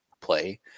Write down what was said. play